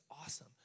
awesome